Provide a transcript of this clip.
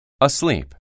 Asleep